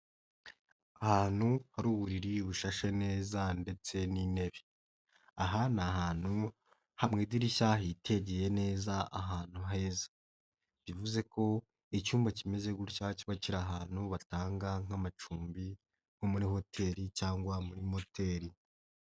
Ahantu hari uburiri bushashe neza ndetse n'intebe. Aha ni ahantu mu idirishya hitegeye neza ahantu heza. Bivuze ko icyumba kimeze gutya kiba kiri ahantu batanga nk'amacumbi nko muri hoteli cyangwa muri moteri.